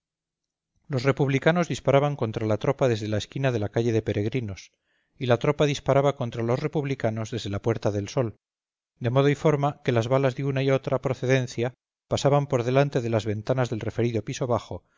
los republicanos disparaban contra la tropa desde la esquina de la calle de peregrinos y la tropa disparaba contra los republicanos desde la puerta del sol de modo y forma que las balas de una y otra procedencia pasaban por delante de las ventanas del referido piso bajo